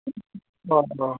अ अ